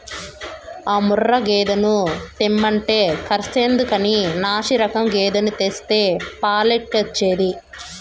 ఆ ముర్రా గేదెను తెమ్మంటే కర్సెందుకని నాశిరకం గేదెను తెస్తే పాలెట్టొచ్చేది